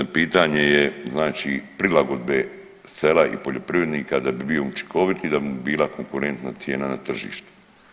Pitanje je znači prilagodbe sela i poljoprivrednika da bi bio učinkovit i da bi mu bila konkurentna cijena na tržištu.